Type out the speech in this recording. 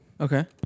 Okay